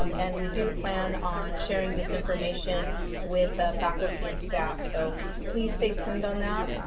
um and we do plan on sharing this information with the faculty and staff, so please stay tuned on that,